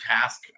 task